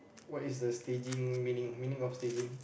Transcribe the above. what is the staging meaning meaning of staging